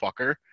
fucker